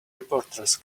reporters